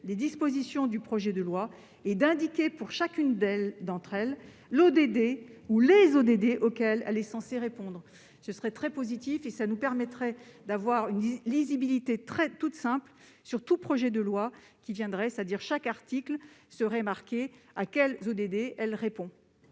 les dispositions du projet de loi et d'indiquer, pour chacune d'entre elles, l'ODD ou les ODD auxquels elle est censée répondre. Cela serait très positif et nous permettrait d'avoir une lisibilité toute simple sur chaque projet de loi. À chaque article, il serait indiqué à quel ODD il répond.